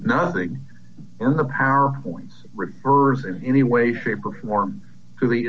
nothing in the power points reverse in any way shape or form to the